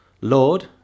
Lord